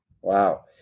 Wow